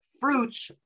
fruits